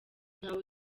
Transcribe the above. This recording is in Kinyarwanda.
ntawe